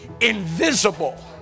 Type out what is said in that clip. invisible